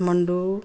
Kathmandu